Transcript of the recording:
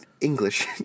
English